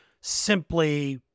simply